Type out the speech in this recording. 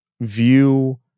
view